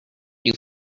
you